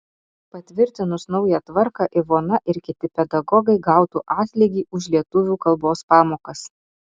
patvirtinus naują tvarką ivona ir kiti pedagogai gautų atlygį už lietuvių kalbos pamokas